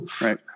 right